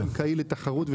זה השוק הבנקאי בתחרות.